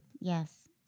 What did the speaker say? Yes